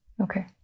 Okay